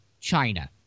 China